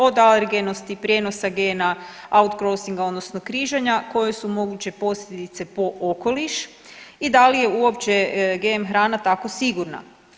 Od alergenosti, prijenosa gena, outcrossinga, odnosno križanja, koje su moguće posljedice po okoliš i da li je uopće GM hrana tako sigurna.